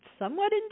somewhat